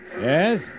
Yes